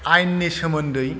आयेननि सोमोन्दै